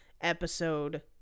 episode